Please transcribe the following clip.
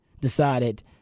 decided